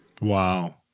Wow